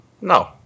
No